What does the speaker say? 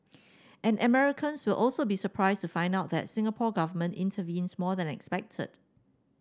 and Americans will also be surprised to find out that Singapore Government intervenes more than expected